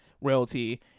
royalty